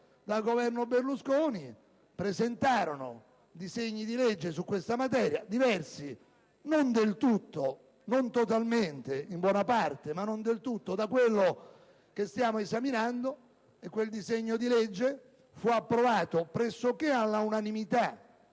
dal Governo Berlusconi presentarono disegni di legge su questa materia diversi, non del tutto e non totalmente, ma in buona parte, da quello che stiamo esaminando: un disegno di legge fu approvato pressoché all'unanimità